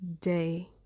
day